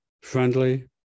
friendly